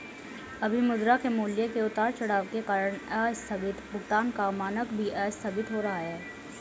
अभी मुद्रा के मूल्य के उतार चढ़ाव के कारण आस्थगित भुगतान का मानक भी आस्थगित हो रहा है